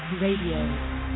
RADIO